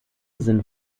sind